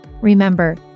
Remember